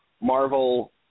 Marvel